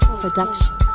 production